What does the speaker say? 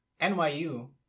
NYU